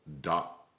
dot